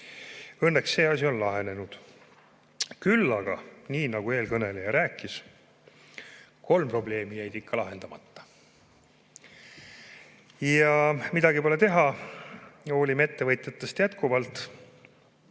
Õnneks on see asi lahenenud. Küll aga, nii nagu eelkõneleja rääkis, jäid kolm probleemi ikka lahendamata. Midagi pole teha. Hoolime ettevõtetest jätkuvalt.